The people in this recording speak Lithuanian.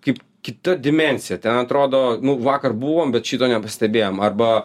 kaip kita dimensija ten atrodo nu vakar buvom bet šito nepastebėjom arba